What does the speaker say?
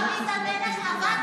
חברי הכנסת של ש"ס שירתו בצבא.